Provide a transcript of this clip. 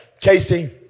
Casey